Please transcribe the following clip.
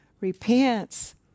repents